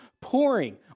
pouring